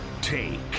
Take